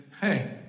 hey